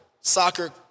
soccer